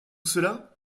cela